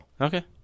Okay